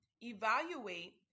evaluate